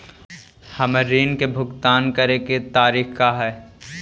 हमर ऋण के भुगतान करे के तारीख का हई?